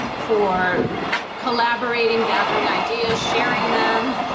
for collaborating, gathering ideas, sharing them.